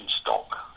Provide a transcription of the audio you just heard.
stock